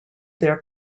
their